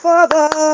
Father